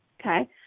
okay